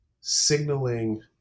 signaling